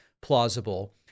plausible